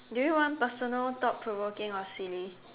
do you want personal thought provoking or silly